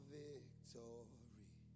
victory